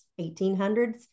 1800s